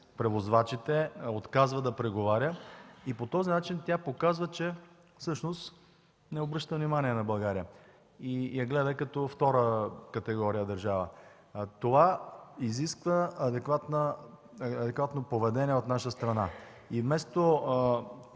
превозвачите. Отказа да преговаря и по този начин показва, че всъщност не обръща внимание на България и я гледа като втора категория държава. Това изисква адекватно поведение от наша страна. Вместо